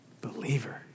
believer